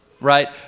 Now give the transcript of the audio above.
right